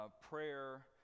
prayer